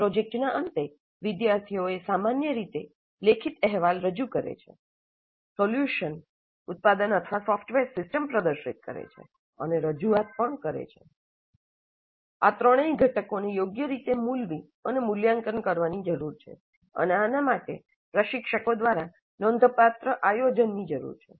પ્રોજેક્ટના અંતે વિદ્યાર્થીઓ સામાન્ય રીતે લેખિત અહેવાલ રજૂ કરે છે સોલ્યુશન ઉત્પાદન અથવા સોફ્ટવેર સિસ્ટમ પ્રદર્શિત કરે છે અને રજૂઆત પણ કરે છે આ ત્રણેય ઘટકોને યોગ્ય રીતે મૂલવી અને મૂલ્યાંકન કરવાની જરૂર છે અને આના માટે પ્રશિક્ષકો દ્વારા નોંધપાત્ર આયોજનની જરૂર છે